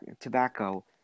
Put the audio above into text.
tobacco